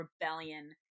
rebellion